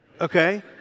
okay